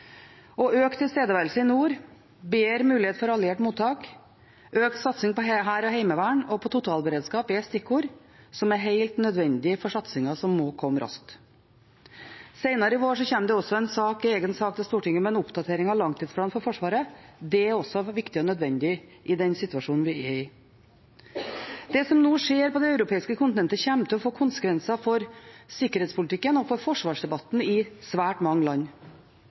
Økt tilstedeværelse i nord, bedre mulighet for alliert mottak og økt satsing på hær, heimevern og totalberedskap er stikkord som er helt nødvendig for satsingen, som må komme raskt. Senere i vår kommer det en egen sak til Stortinget med en oppdatering av langtidsplanen for Forsvaret. Det er også viktig og nødvendig i den situasjonen vi er i. Det som nå skjer på det europeiske kontinentet, kommer til å få konsekvenser for sikkerhetspolitikken og for forsvarsdebatten i svært mange land.